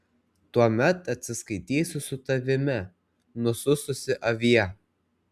tuomet atsiskaitysiu su tavimi nusususi avie